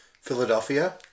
Philadelphia